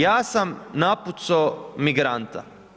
Ja sam napucao migranta.